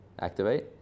activate